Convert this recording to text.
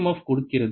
F கொடுக்கிறது